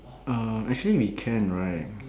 um actually we can right